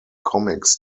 comics